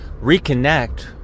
Reconnect